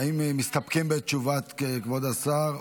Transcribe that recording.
האם מסתפקים בתשובת כבוד השר?